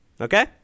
Okay